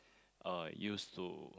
uh used to